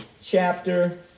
chapter